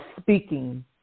speaking